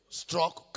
stroke